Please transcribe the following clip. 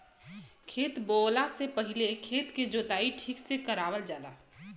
खेत बोवला से पहिले खेत के जोताई ठीक से करावल जाला